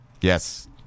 Yes